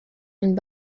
and